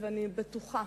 ואני בטוחה